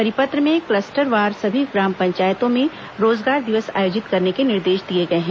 परिपत्र में कलस्टरवार सभी ग्राम पंचायतों में रोजगार दिवस आयोजित करने के निर्देश दिए गए हैं